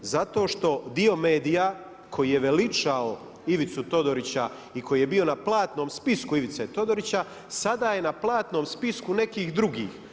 Zato što dio medija koji je veličao Ivicu Todorića i koji je bio na platnom spisku Ivice Todorića sada je na platnom spisku nekih drugih.